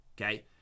Okay